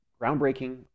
groundbreaking